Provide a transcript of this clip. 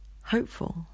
hopeful